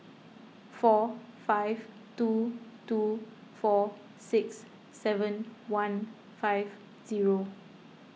four five two two four six seven one five zero